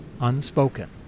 unspoken